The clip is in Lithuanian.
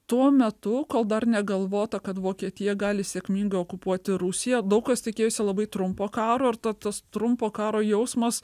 tuo metu kol dar negalvota kad vokietija gali sėkmingai okupuoti rusiją daug kas tikėjosi labai trumpo karo ar ta tos trumpo karo jausmas